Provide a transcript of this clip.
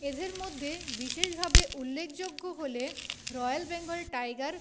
এদের মধ্যে বিশেষভাবে উল্লেখযোগ্য হল রয়্যাল বেঙ্গল টাইগার